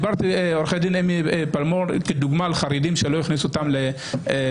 עו"ד אמי פלמור דיברה לדוגמה על חרדים שלא הכניסו אותם למכולת,